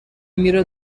میره